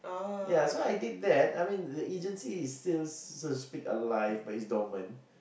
ya so I did that I mean the agency is still so to speak alive but it's dormant